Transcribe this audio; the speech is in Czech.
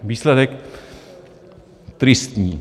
Výsledek tristní.